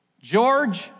George